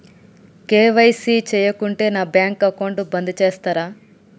KYC చేయకుంటే నా bank account బంద్ చేస్తరా?